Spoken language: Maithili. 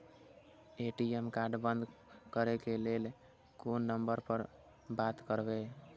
ए.टी.एम कार्ड बंद करे के लेल कोन नंबर पर बात करबे?